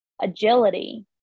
agility